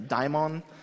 daimon